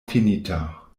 fininta